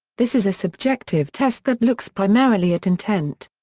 this is a subjective test that looks primarily at intent.